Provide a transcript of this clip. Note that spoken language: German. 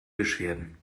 beschwerden